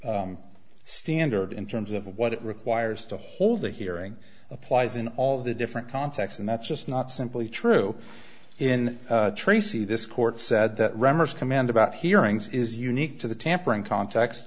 rammer standard in terms of what it requires to hold a hearing applies in all the different context and that's just not simply true in tracy this court said that reimers command about hearings is unique to the tampering context